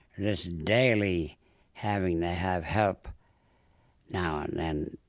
this daily having to have help now and then,